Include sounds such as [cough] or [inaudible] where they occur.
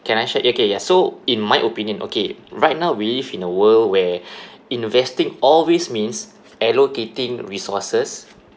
can I share okay ya so in my opinion okay right now we live in a world where [breath] investing always means allocating resources